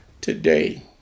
today